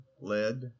lead